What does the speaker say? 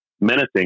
menacing